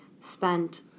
spent